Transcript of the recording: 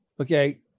Okay